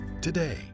today